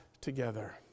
together